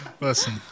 Listen